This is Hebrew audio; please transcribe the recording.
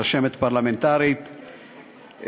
רשמת פרלמנטרית,